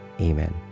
Amen